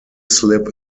slip